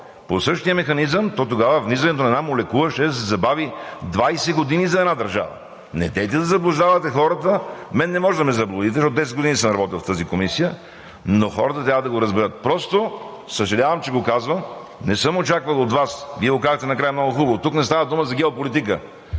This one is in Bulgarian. още един контрол, то тогава влизането на една молекула щеше да се забави с 20 години за една държава. Недейте да заблуждавате хората, мен не може да ме заблудите, защото 10 години съм работил в тази комисия, но хората трябва да го разберат! Просто, съжалявам, че го казвам, не съм го очаквал от Вас, Вие казахте накрая много хубаво: „Тук не става дума за геополитика.“